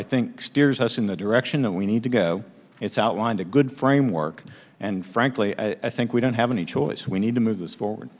i think steers us in the direction that we need to go it's outlined a good framework and frankly i think we don't have any choice we need to move this forward